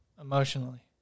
emotionally